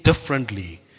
differently